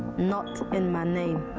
not in my name.